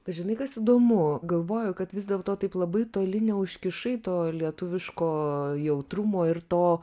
žinai kas įdomu galvoju kad vis dėlto taip labai toli neužkišai to lietuviško jautrumo ir to